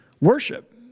worship